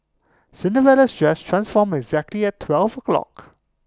Cinderella's dress transformed exactly at twelve o'clock